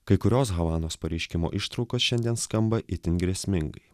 kai kurios havanos pareiškimo ištraukos šiandien skamba itin grėsmingai